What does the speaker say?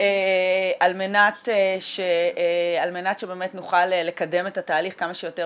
על מנת שבאמת נוכל לקדם את התהליך כמה שיותר